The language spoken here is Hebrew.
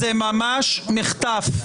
זה ממש מחטף.